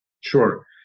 Sure